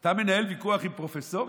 אתה מנהל ויכוח עם פרופסורים?